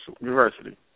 University